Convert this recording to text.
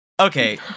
okay